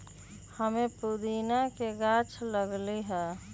हम्मे पुदीना के गाछ लगईली है